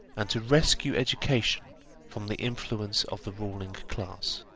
and to rescue education from the influence of the ruling class.